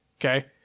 Okay